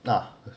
ah